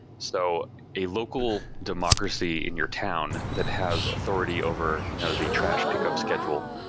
so a local democracy in your town that has authority over you know the trash pickup schedule,